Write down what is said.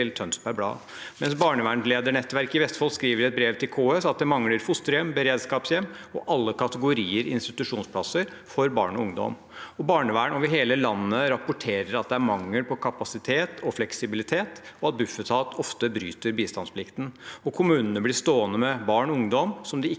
Blad. Barnevernledernettverket i Vestfold skriver i et brev til KS at man mangler fosterhjem, beredskapshjem og alle kategorier institu sjonsplasser for barn og ungdom. Barnevern over hele landet rapporterer at det er mangel på kapasitet og fleksibilitet, og at Bufetat ofte bryter bistandsplikten. Kommunene blir stående med barn og ungdom som ikke kan